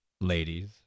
Ladies